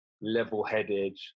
level-headed